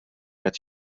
qed